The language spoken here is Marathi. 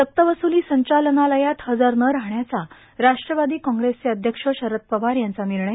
सक्तवसूली संचालनालयात हजर न राहण्याचा राष्ट्रवादी काँग्रेसचे अध्यक्ष शरद पवार यांचा निर्णय